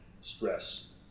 stress